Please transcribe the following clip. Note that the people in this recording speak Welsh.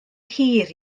hir